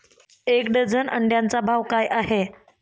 एक डझन अंड्यांचा भाव काय आहे?